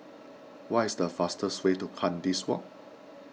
what is the fastest way to Kandis Walk